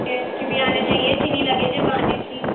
test بھی آنے چاہیے ایسی نہیں لگے کہ بادی سی